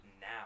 now